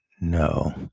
No